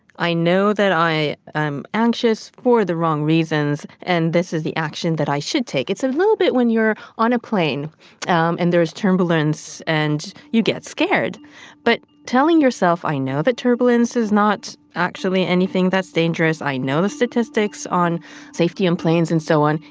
i know that i am anxious for the wrong reasons, and this is the action that i should take. it's a little bit when you're on a plane um and there's turbulence and you get scared but telling yourself i know that turbulence is not actually anything that's dangerous, i know the statistics on safety in planes and so on,